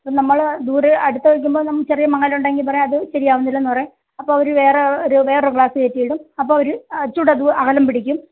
അപ്പം നമ്മൾ ദൂരെ അടുത്ത് വയ്ക്കുമ്പം നമ്മൾ ചെറിയ മങ്ങൽ ഉണ്ടെങ്കിൽ പറയും അത് ശരിയാവുന്നില്ലെന്ന് പറയും അപ്പം അവർ വേറെ ഒരു വേറെ ഗ്ലാസ് കയറ്റി ഇടും അപ്പം അവർ ഇച്ചിരി കൂടെ അകലം പിടിക്കും